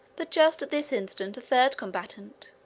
but just at this instant a third combatant,